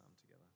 together